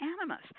animus